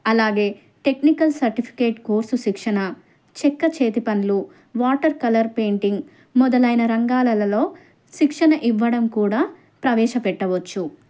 అలాగే technical certificate course శిక్షణ చెక్క చేతి పనులు వాటర్ కలర్ పెయింటింగ్ మొదలైన రంగాలలో శిక్షణ ఇవ్వడం కూడా ప్రవేశపెట్టవచ్చు